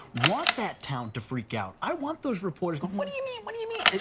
want that town to freak out. i want those reporters going, what do you mean? what do you mean?